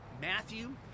Matthew